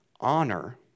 honor